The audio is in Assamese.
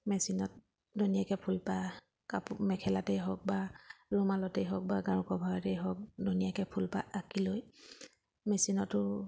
মেচিনত ধুনীয়াকৈ ফুলপাহ কাপোৰ মেখেলাতেই হওক বা ৰুমালতেই হওক বা গাৰু কভাৰতেই হওক ধুনীয়াকৈ ফুলপাহ আঁকি লৈ মেচিনতো